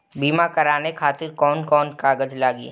बीमा कराने खातिर कौन कौन कागज लागी?